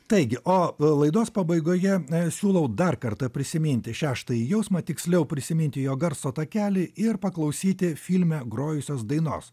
taigi o laidos pabaigoje siūlau dar kartą prisiminti šeštąjį jausmą tiksliau prisiminti jo garso takelį ir paklausyti filme grojusios dainos